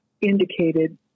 indicated